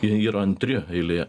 jie yra antri eilėje